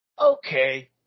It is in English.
okay